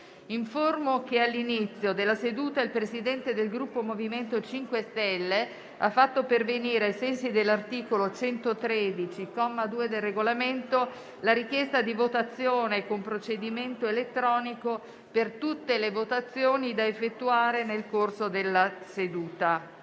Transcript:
che all'inizio della seduta il Presidente del Gruppo MoVimento 5 Stelle ha fatto pervenire, ai sensi dell'articolo 113, comma 2, del Regolamento, la richiesta di votazione con procedimento elettronico per tutte le votazioni da effettuare nel corso della seduta.